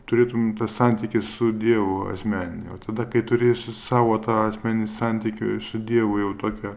turėtum tą santykį su dievu asmeninį o tada kai turėsi savo tą asmenį santykiui su dievu jau tokia